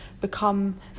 become